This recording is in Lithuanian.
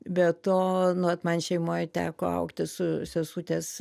be to nu vat man šeimoje teko augti su sesutės